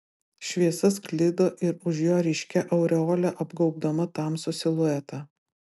šviesa sklido ir už jo ryškia aureole apgaubdama tamsų siluetą